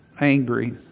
Angry